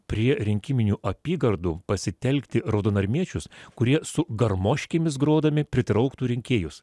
prie rinkiminių apygardų pasitelkti raudonarmiečius kurie su garmoškėmis grodami pritrauktų rinkėjus